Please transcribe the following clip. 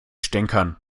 stänkern